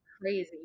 crazy